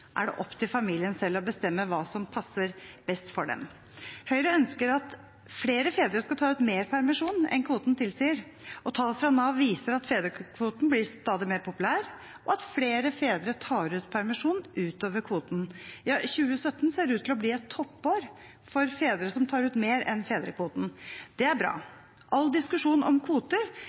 er det opp til familien selv å bestemme hva som passer best for dem. Høyre ønsker at flere fedre skal ta ut mer permisjon enn kvoten tilsier. Tall fra Nav viser at fedrekvoten blir stadig mer populær, og at flere fedre tar ut permisjon utover kvoten. Ja, 2017 ser ut til å bli et toppår for fedre som tar ut mer enn fedrekvoten. Det er bra. All diskusjon om kvoter